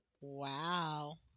Wow